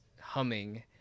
humming